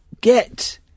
get